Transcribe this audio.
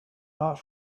not